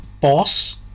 boss